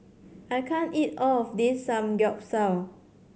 I can't eat all of this Samgeyopsal